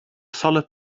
solid